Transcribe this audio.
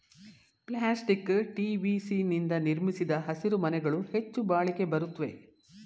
plastic TVC ನಿಂದ ನಿರ್ಮಿಸಿದ ಹಸಿರುಮನೆಗಳು ಹೆಚ್ಚು ಬಾಳಿಕೆ ಬರುತ್ವೆ